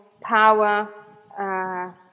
power